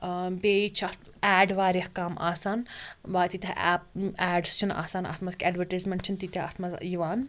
ٲں بیٚیہِ چھِ اَتھ ایڈ واریاہ کَم آسان وا تیٖتیٛاہ ایپ ایڈٕس چھِنہٕ آسان اَتھ منٛز کیٚنٛہہ ایٚڈوَرٹیٖزمیٚنٛٹ چھِنہٕ تیٖتیٛاہ اَتھ منٛز ٲں یِوان